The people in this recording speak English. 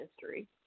history